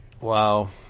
Wow